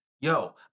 Yo